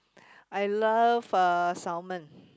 I love uh salmon